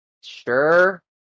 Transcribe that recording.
sure